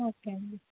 okay అండి